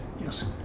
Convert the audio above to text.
Yes